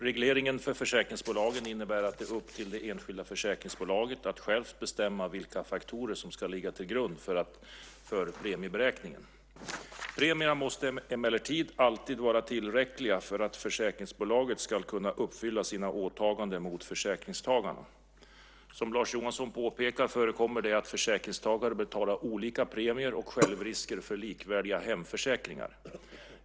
Regleringen för försäkringsbolagen innebär att det är upp till det enskilda försäkringsbolaget att självt bestämma vilka faktorer som ska ligga till grund för premieberäkningen. Premierna måste emellertid alltid vara tillräckliga för att försäkringsbolaget ska kunna uppfylla sina åtaganden mot försäkringstagarna. Som Lars Johansson påpekar förekommer det att försäkringstagare betalar olika premier och självrisker för likvärdiga hemförsäkringar.